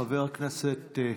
חבר הכנסת,